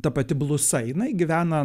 ta pati blusa jinai gyvena